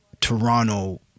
Toronto